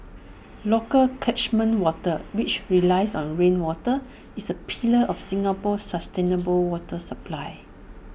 local catchment water which relies on rainwater is A pillar of Singapore's sustainable water supply